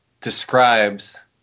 describes